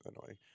annoying